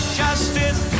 justice